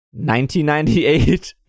1998